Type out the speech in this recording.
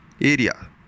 area